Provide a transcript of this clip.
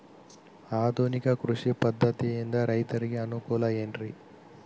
ಆಧುನಿಕ ಕೃಷಿ ಪದ್ಧತಿಯಿಂದ ರೈತರಿಗೆ ಅನುಕೂಲ ಏನ್ರಿ?